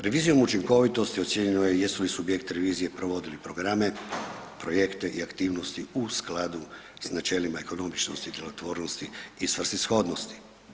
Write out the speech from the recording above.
Revizijom učinkovitosti ocijenjeno je jesu li subjekti revizije provodili programe, projekte i aktivnosti u skladu s načelima ekonomičnosti i djelotvornosti i svrsishodnosti.